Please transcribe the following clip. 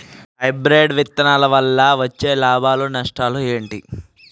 Hybrid విత్తనాల వల్ల వచ్చే లాభాలు నష్టాలు ఏమిటి?